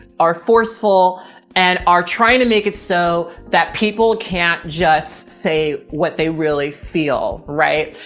are forceful and are trying to make it so that people can't just say what they really feel. right.